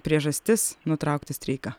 priežastis nutraukti streiką